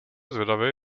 zvědavej